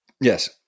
yes